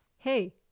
Hey